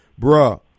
bruh